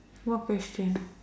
what question